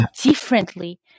differently